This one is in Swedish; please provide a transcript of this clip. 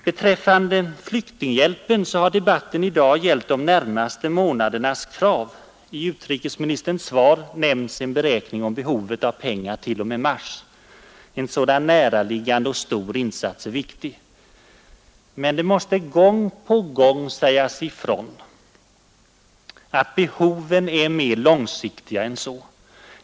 Beträffande flyktinghjälpen har debatten i dag gällt de närmaste månadernas krav. I utrikesministerns svar nämns en beräkning om behovet av pengar till och med mars 1972. En sådan näraliggande och stor insats är viktig. Men det måste gång på gång sägas ifrån att behoven är mer långsiktiga än så.